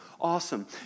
Awesome